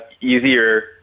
easier